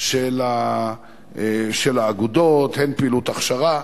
של האגודות, לפעילות הכשרה.